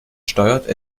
steuert